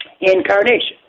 incarnation